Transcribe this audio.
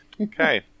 Okay